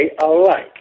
alike